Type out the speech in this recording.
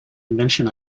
invention